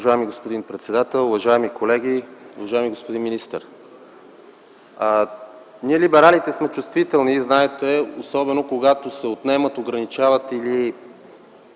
Уважаеми господин председател, уважаеми колеги, уважаеми господин министър! Ние, либералите, сме чувствителни, особено когато се отнемат, ограничават или